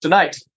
Tonight